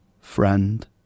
Friend